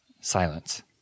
silence